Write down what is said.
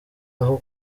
aho